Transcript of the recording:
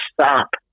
stop